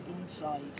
inside